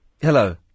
Hello